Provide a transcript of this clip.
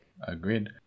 Agreed